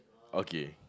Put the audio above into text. okay